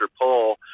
poll